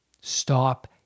Stop